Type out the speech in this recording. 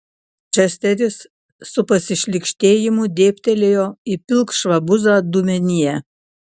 česteris su pasišlykštėjimu dėbtelėjo į pilkšvą buzą dubenyje